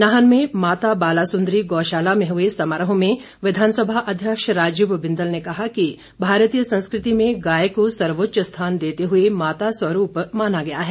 नाहन में माता बालासुंदरी गौशाला में हुए समारोह में विधानसभा अध्यक्ष राजीव बिंदल ने कहा कि भारतीय संस्कृति में गाय को सेवोंच्च स्थान देते हुए माता स्वरूप माना गया है